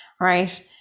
Right